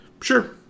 Sure